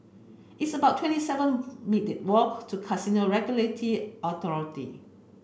it's about twenty seven minute walk to Casino Regulatory Authority